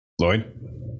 Lloyd